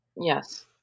Yes